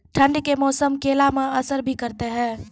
ठंड के मौसम केला मैं असर भी करते हैं?